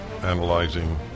analyzing